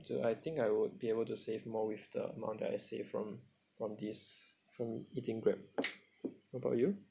to I think I would be able to save more with the amount that I save from from this from eating Grab how about you